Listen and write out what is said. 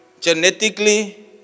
Genetically